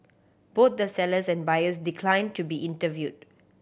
both the sellers and buyers declined to be interviewed